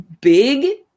big